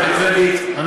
אבל יהיה לך קרדיט ענק.